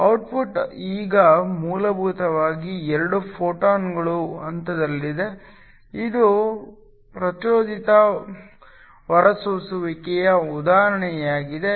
output ಈಗ ಮೂಲಭೂತವಾಗಿ 2 ಫೋಟಾನ್ಗಳು ಹಂತದಲ್ಲಿದೆ ಇದು ಪ್ರಚೋದಿತ ಹೊರಸೂಸುವಿಕೆಯ ಉದಾಹರಣೆಯಾಗಿದೆ